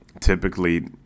Typically